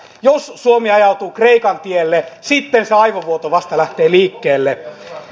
jos suomi ajautuu kreikan tielle sitten se aivovuoto vasta lähtee liikkeelle